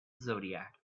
zodiac